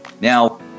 Now